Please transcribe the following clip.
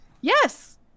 Yes